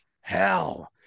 Hell